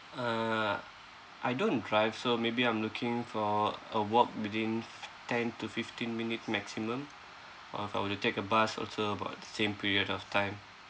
uh I don't drive so maybe I'm looking for a walk within f~ ten to fifteen minute maximum uh or if I were to take a bus also about the same period of time